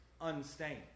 unstained